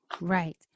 right